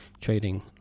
trading